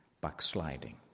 backsliding